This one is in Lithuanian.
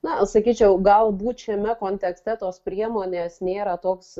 na sakyčiau galbūt šiame kontekste tos priemonės nėra toks